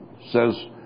says